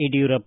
Yediyurappa